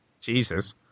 Jesus